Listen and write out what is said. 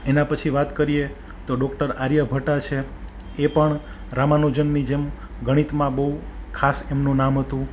એના પછી વાત કરીએ તો ડૉક્ટર આર્યભટ્ટ છે એ પણ રામાનુજનની જેમ ગણિતમાં બહુ ખાસ એમનું નામ હતું